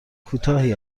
کوتاهی